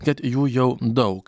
kad jų jau daug